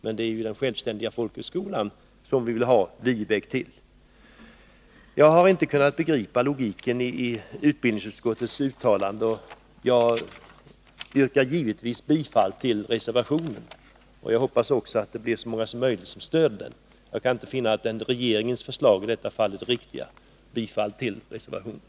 Men det är en självständig folkhögskola som vi vill ha Viebäck till. Jag har inte kunnat begripa logiken i utbildningsutskottets uttalande, och jag yrkar givetvis bifall till reservationen. Jag hoppas att så många som möjligt stöder den. Jag kan inte finna annat än att regeringens förslag i detta fall är det riktiga.